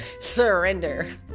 surrender